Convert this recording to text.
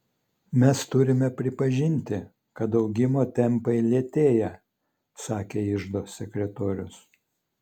mes turime pripažinti kad augimo tempai lėtėja sakė iždo sekretorius